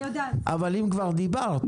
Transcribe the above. אבל אם כבר דיברת,